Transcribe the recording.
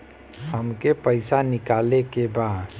हमके पैसा निकाले के बा